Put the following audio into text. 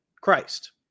Christ